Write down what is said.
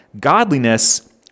godliness